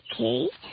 Okay